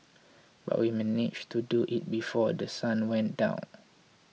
but we managed to do it before The Sun went down